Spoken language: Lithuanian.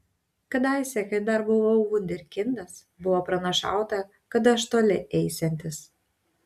kadaise kai dar buvau vunderkindas buvo pranašauta kad aš toli eisiantis